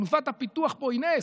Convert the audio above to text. תנופת הפיתוח פה היא נס.